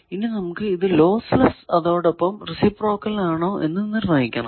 ഇനി നമുക്ക് ഇത് ലോസ്ലെസ്സ് അതോടൊപ്പം റേസിപ്രോക്കൽ ആണോ എന്ന് നിർണയിക്കണം